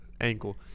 ankle